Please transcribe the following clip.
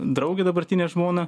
draugę dabartinę žmoną